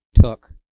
took